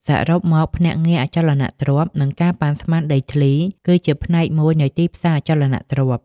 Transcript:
សរុបមក ភ្នាក់ងារអចលនទ្រព្យ និងការប៉ាន់ស្មានដីធ្លី គឺជាផ្នែកមួយនៃទីផ្សារអចលនទ្រព្យ។